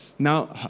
Now